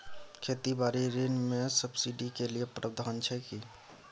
खेती बारी ऋण ले सब्सिडी के भी प्रावधान छै कि?